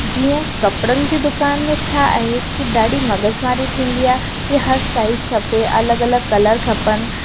जीअं कपिड़नि जी दुकान में छा आहे कि ॾाढी मगज मारी थींदी आहे कि हर साइज़ खपे अलॻि अलॻि कलर खपनि